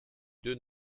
deux